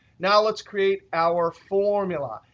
now, let's create our formula.